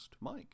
Mike